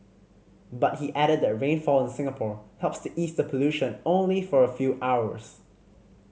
but he added that rainfall in Singapore helps to ease the pollution only for a few hours